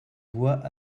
bois